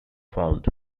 found